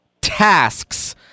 Tasks